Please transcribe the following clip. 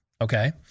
Okay